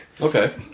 Okay